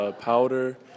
powder